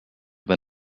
than